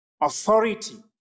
authority